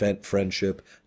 friendship